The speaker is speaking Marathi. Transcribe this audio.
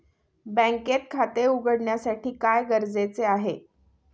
बँकेत खाते उघडण्यासाठी काय गरजेचे आहे?